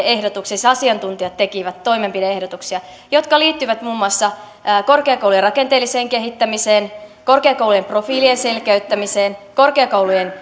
ehdotuksia siis asiantuntijat tekivät toimenpide ehdotuksia jotka liittyvät muun muassa korkeakoulujen rakenteelliseen kehittämiseen korkeakoulujen profiilien selkeyttämiseen korkeakoulujen